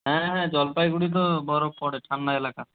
হ্যাঁ হ্যাঁ জলপাইগুড়ি তো বরফ পড়ে ঠান্ডা এলাকা